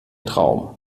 traum